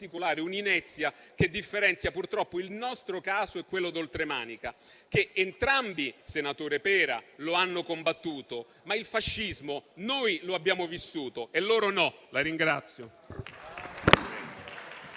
un'inezia che differenzia, purtroppo, il nostro caso e quello d'Oltremanica. Entrambi, senatore Pera, lo hanno combattuto, ma il fascismo noi lo abbiamo vissuto e loro no.